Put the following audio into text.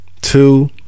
Two